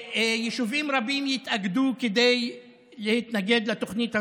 יישובים רבים התאגדו כדי להתנגד לתוכנית הזאת.